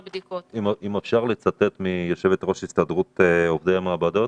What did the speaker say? אם אפשר לצטט את יושבת-ראש הסתדרות עובדי המעבדות